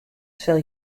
sil